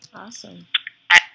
awesome